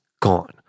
gone